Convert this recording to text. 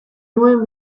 nuen